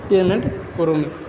payment करोमि